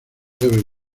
forever